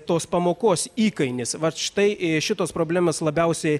tos pamokos įkainis vat štai šitos problemos labiausiai